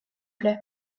plaît